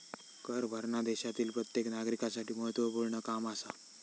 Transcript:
कर भरना देशातील प्रत्येक नागरिकांसाठी महत्वपूर्ण काम आसा